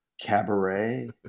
Cabaret